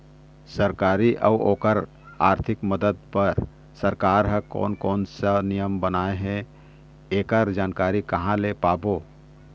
सरकारी अउ ओकर आरथिक मदद बार सरकार हा कोन कौन सा योजना बनाए हे ऐकर जानकारी कहां से पाबो?